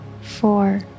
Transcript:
four